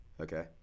Okay